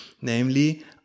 Namely